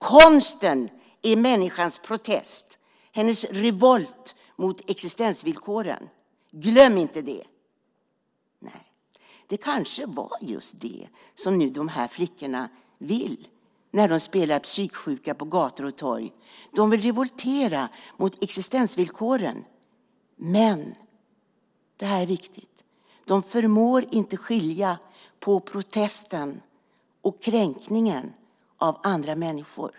Konsten är människans protest, hennes revolt mot existensvillkoren. Glöm inte det! Det kanske är just det som dessa flickor vill när de spelar psyksjuka på gator och torg. De vill revoltera mot existensvillkoren, men de förmår inte skilja mellan protest och kränkning av andra människor.